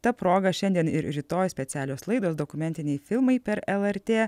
ta proga šiandien ir rytoj specialios laidos dokumentiniai filmai per lrt